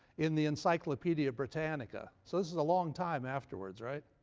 in the encyclopedia britannica so this is a long time afterwards, right?